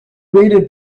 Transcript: waited